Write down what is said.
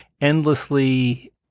endlessly